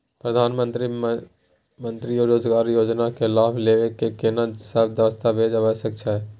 प्रधानमंत्री मंत्री रोजगार योजना के लाभ लेव के कोन सब दस्तावेज आवश्यक छै?